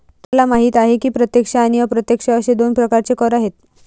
तुम्हाला माहिती आहे की प्रत्यक्ष आणि अप्रत्यक्ष असे दोन प्रकारचे कर आहेत